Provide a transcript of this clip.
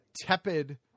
tepid